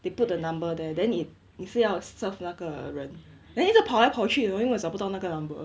they put the number there then it 你是要 serve 那个人 then 一直跑来跑去的因为我找不到那个 number